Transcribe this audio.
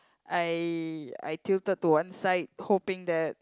I I tilted to one side hoping that